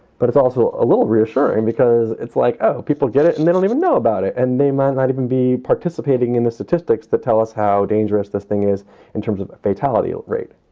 but it's also a little reassuring because it's like, oh, people get it and they don't even know about it. and they might not even be participating in the statistics that tell us how dangerous this thing is in terms of fatality rate